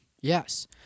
Yes